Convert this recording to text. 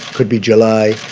could be july,